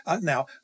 now